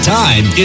time